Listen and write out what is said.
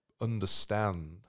understand